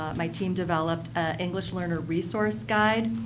my team developed an english learner resource guide.